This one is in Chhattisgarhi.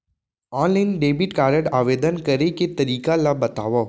ऑनलाइन डेबिट कारड आवेदन करे के तरीका ल बतावव?